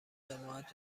جماعت